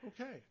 okay